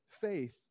faith